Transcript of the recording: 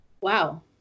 wow